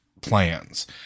plans